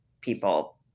people